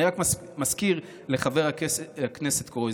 אני רק מזכיר לחבר הכנסת קרויזר: